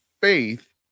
faith